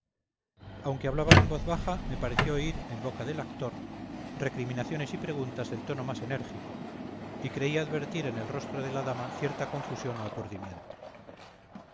aunque hablaban en voz baja me pareció oír en boca del actor recriminaciones y preguntas del tono más enérgico y creí advertir en el rostro de la dama cierta confusión o aturdimiento